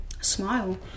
Smile